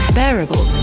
bearable